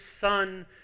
son